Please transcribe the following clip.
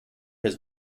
his